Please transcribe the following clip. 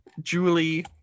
Julie